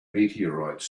meteorites